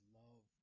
love